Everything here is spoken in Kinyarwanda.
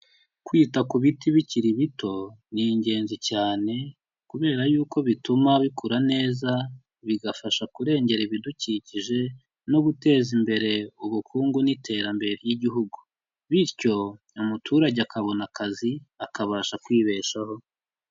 Kwita ku biti bikiri bito, ni ingenzi cyane kubera y'uko bituma bikura neza bigafasha kurengera ibidukikije no guteza imbere ubukungu n'iterambere ry'igihugu bityo umuturage akabona akazi, akabasha kwibeshaho.